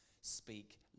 speak